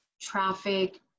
traffic